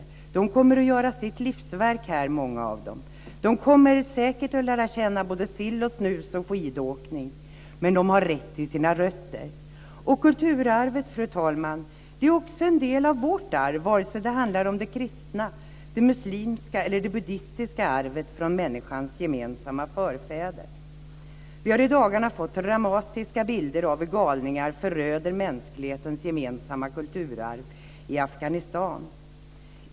Många av dem kommer att göra sitt livsverk här. De kommer säkert att lära känna både sill, snus och skidåkning, men de har rätt till sina rötter. Kulturarvet, fru talman, är också en del av vårt arv, vare sig det handlar om det kristna, det muslimska eller det buddistiska arvet från människans gemensamma förfäder. Vi har i dagarna fått se dramatiska bilder av hur galningar föröder mänsklighetens gemensamma kulturarv i Afghanistan.